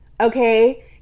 Okay